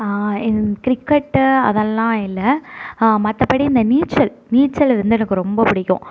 cricket அதல்லாம் இல்லை மற்றபடி இந்த நீச்சல் நீச்சல் வந்து எனக்கு ரொம்ப பிடிக்கும்